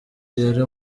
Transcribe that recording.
yari